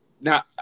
now